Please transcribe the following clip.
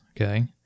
okay